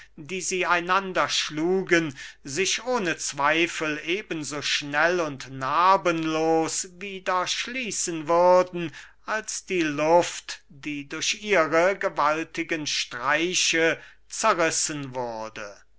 die sie einander schlugen sich ohne zweifel eben so schnell und narbenlos wieder schließen würden als die luft die durch ihre gewaltigen streiche zerrissen wurde